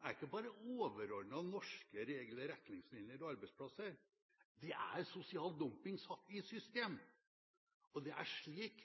er ikke bare overordnet norske regler, retningslinjer og arbeidsplasser, det er sosial dumping satt i system. Det er slik